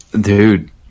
Dude